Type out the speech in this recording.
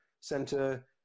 center